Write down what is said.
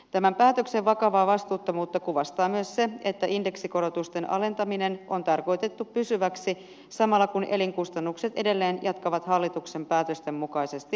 tämän päätöksen vakavaa vastuuttomuutta kuvastaa myös se että indeksikorotusten alentaminen on tarkoitettu pysyväksi samalla kun elinkustannukset edelleen jatkavat hallituksen päätösten mukaisesti nousuaan